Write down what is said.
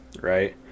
right